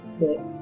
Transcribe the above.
six